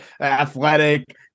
athletic